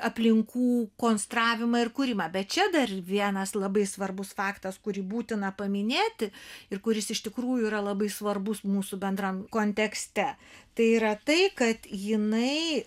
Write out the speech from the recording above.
aplinkų konstravimą ir kūrimą bet čia dar vienas labai svarbus faktas kurį būtina paminėti ir kuris iš tikrųjų yra labai svarbus mūsų bendram kontekste tai yra tai kad jinai